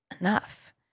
enough